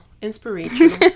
inspirational